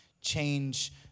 change